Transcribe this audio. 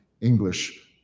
English